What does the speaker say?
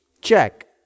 check